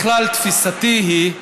בכלל, תפיסתי היא,